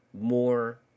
more